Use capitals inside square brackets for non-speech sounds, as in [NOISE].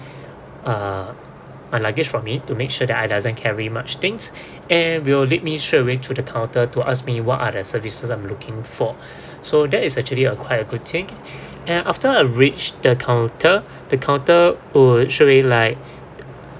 uh my luggage from me to make sure that I doesn't carry much things [BREATH] and will lead me straight away to counter to ask me what are the services I'm looking for [BREATH] so that is actually a quite a good take [BREATH] and after I reached the counter the counter would straight away like